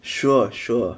sure sure